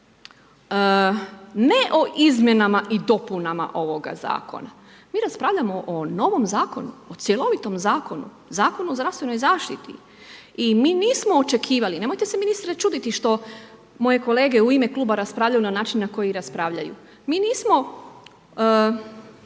ne o izmjenama i dopunama ovoga zakona, mi raspravljamo o novom zakonu, o cjelovitom zakonu, Zakonu o zdravstvenoj zaštiti i mi nismo očekivali, nemojte se ministre čuditi što moje kolege u ime kluba raspravljaju na način na koji raspravljaju. Mi nismo